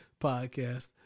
podcast